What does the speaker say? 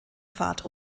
fahrt